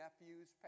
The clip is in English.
nephews